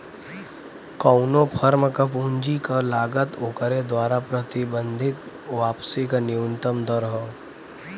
कउनो फर्म क पूंजी क लागत ओकरे द्वारा प्रबंधित वापसी क न्यूनतम दर हौ